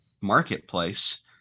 marketplace